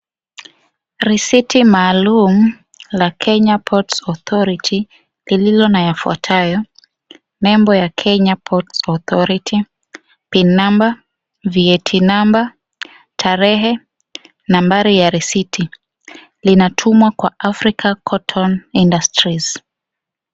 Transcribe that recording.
Risiti maalum la Kenya Ports Authority lililo na yafuatayo ; nembo ya Kenya Ports Authority, pin number, VAT number , tarehe, nambari ya risiti. Linatumwa kwa Africa Cotton Industries.